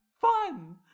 fun